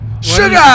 Sugar